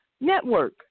Network